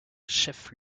chef